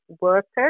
workers